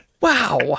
Wow